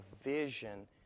vision